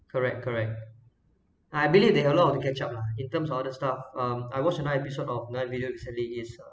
correct correct I believe they have a lot to catch up lah in terms of all the stuff um I watched another episode of another video recently is uh